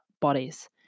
bodies